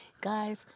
Guys